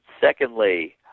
Secondly